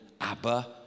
Abba